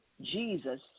Jesus